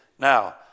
Now